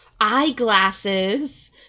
Eyeglasses